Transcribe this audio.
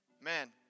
Man